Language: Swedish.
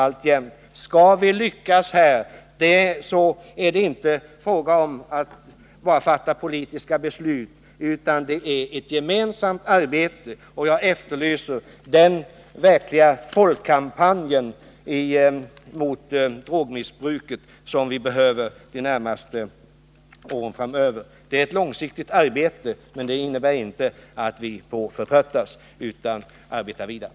Våra möjligheter att lyckas på detta område är inte bara en fråga om politiska beslut utan är också beroende av ett gemensamt arbete, och jag efterlyser den verkliga folkkampanjen emot drogmissbruket — vi behöver en sådan de närmaste åren framöver. Det gäller ett långsiktigt arbete, men vi får inte förtröttas i detta utan måste driva det vidare.